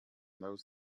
those